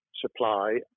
supply